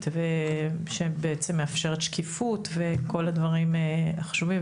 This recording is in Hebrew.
ושבעצם מאפשרת שקיפות וכל הדברים החשובים,